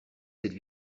cette